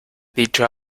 dicho